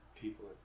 People